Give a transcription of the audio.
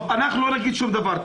טוב, אנחנו לא נגיד שום דבר.